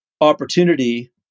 opportunity